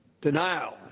Denial